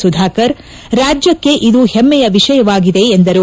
ಸುಧಾಕರ್ ರಾಜ್ಯಕ್ಷೆ ಇದು ಹೆಮ್ನೆಯ ವಿಷಯವಾಗಿದೆ ಎಂದರು